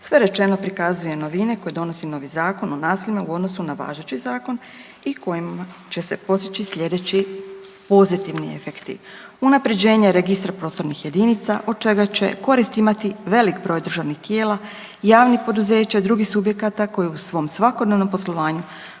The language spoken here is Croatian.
Sve rečeno prikazuje novine koje donosi novi Zakon o naseljima u odnosu na važeći zakon i kojima će se postići slijedeći pozitivni efekti. Unaprjeđenje Registra prostornih jedinica od čega će korist imati velik broj državnih tijela, javnih poduzeća i drugih subjekata koji u svom svakodnevnom poslovanju